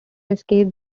escape